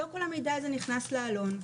לא כל המידע הזה נכנס לעלון.